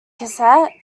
cassette